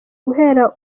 guhera